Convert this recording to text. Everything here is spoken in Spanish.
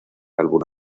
álbum